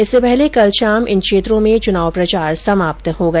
इससे पहले कल शाम इन क्षेत्रों में चुनाव प्रचार समाप्त हो गया